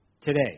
today